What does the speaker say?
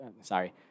Sorry